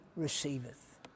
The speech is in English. Receiveth